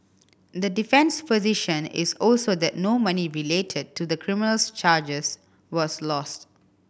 the defence position is also that no money related to the criminal charges was lost